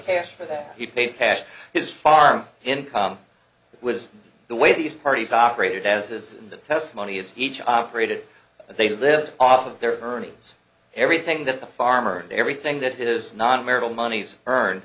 cash for that he paid cash his farm income that was the way these parties operated as is the testimony of each operated they lived off of their earnings everything that the farmer everything that his non marital monies earned